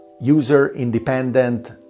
user-independent